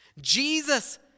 Jesus